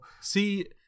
See